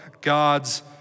God's